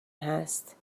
هست